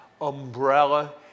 umbrella